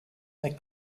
they